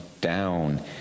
down